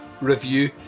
review